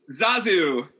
Zazu